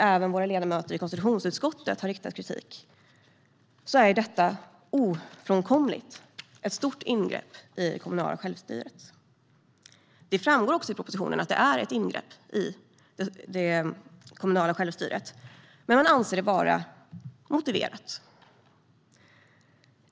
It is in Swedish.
Även våra ledamöter i konstitutionsutskottet har riktat kritik mot att detta ofrånkomligt är ett stort ingrepp i det kommunala självstyret. Det framgår också av propositionen att det är ett ingrepp i det kommunala självstyret, men man anser det vara motiverat.